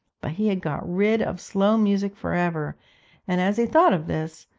but he had got rid of slow music for ever and as he thought of this,